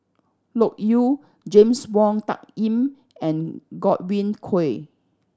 Loke Yew James Wong Tuck Yim and Godwin Koay